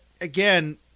again